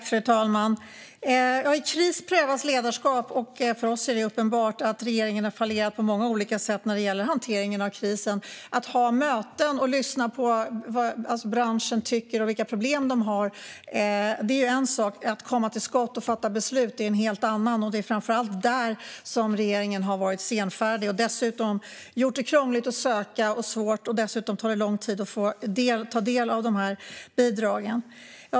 Fru talman! I kris prövas ledarskap. För oss är det uppenbart att regeringen har fallerat på många olika sätt när det gäller hanteringen av krisen. Att ha möten och lyssna på vad branschen tycker och vilka problem de har är en sak, att komma till skott och fatta beslut är en helt annan sak. Det är framför allt där som regeringen har varit senfärdig. Den har gjort det krångligt och svårt att söka, och dessutom tar det lång tid att få ta del av bidragen.